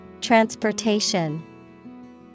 Transportation